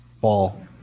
fall